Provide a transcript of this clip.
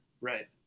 Right